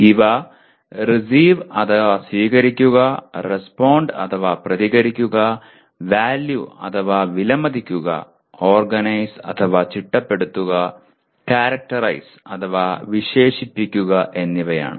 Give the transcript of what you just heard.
ഇവ റീസീവ് അഥവാ സ്വീകരിക്കുക റെസ്പോണ്ട് അഥവാ പ്രതികരിക്കുക വാല്യൂ അഥവാ വിലമതിക്കുക ഓർഗനൈസ് അഥവാ ചിട്ടപ്പെടുത്തുക കാരക്ടറൈസ് അഥവാ വിശേഷിപ്പിക്കുക എന്നിവയാണ്